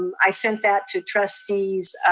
i sent that to trustees,